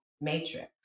matrix